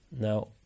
Now